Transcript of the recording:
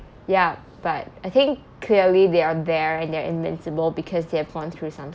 ya but I think clearly they are there and they're invincible because they gone through some